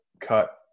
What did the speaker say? cut